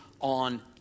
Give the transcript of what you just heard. on